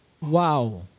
Wow